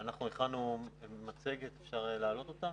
הכנו מצגת אפשר להעלותה?